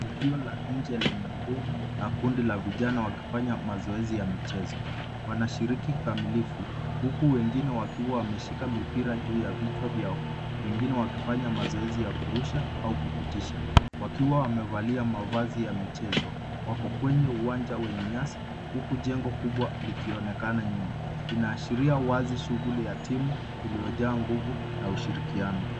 Tukio la nje lenye nguvu, na kundi la vijana wakifanya mazoezi ya michezo. Wanashiriki kikamilifu, huku wengine wakiwa wameshika mipira juu ya vichwa vyao, pengine wakifanya mazoezi ya kurusha au kupitisha. Wakiwa wamevalia mavazi ya michezo, wako kwenye uwanja wenye nyasi, huku jengo kubwa likionekana nyuma. Inaashiria wazi shughuli ya timu, iliyojaa nguvu na ushirikiano.